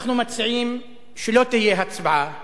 אנחנו מציעים שלא תהיה הצבעה